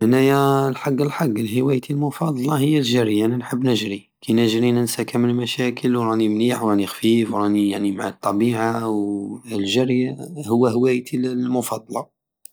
أنايا الحق الحق هوايتي المفضلى هي الجري أنا نحب نجري كي نجري ننسى كامل المشاكل وراني مليح وراني خفيف وراني يعني مع الطبيعة والجري هو هوايتي المفضلة